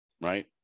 right